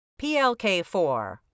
PLK4